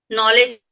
Knowledge